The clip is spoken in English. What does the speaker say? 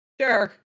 sure